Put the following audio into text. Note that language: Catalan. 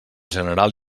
general